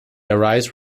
arise